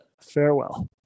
farewell